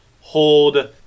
hold